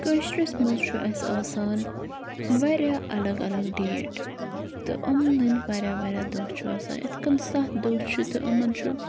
کٲشرِس منٛز چھُ اَسہِ آسان واریاہ الگ الگ ڈیٹ تہٕ یِمنَن واریاہ واریاہ دۄہ چھُ آسان یِتھ کٔنۍ سَتھ دۄہ چھُ تہٕ یِمَن چھُ